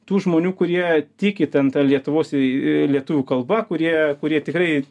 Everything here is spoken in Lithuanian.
tų žmonių kurie tiki ten ta lietuvos lietuvių kalba kurie kurie tikrai